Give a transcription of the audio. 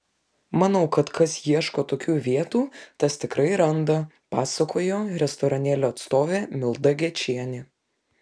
manau kad kas ieško tokių vietų tas tikrai randa pasakojo restoranėlio atstovė milda gečienė